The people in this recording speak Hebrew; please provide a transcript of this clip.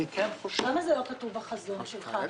למה זה לא כתוב בחזון שלך.